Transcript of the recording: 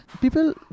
People